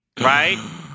right